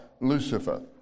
Lucifer